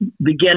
begin